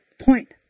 point